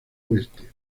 oeste